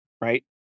right